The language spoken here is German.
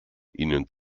ihnen